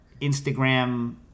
Instagram